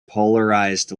polarized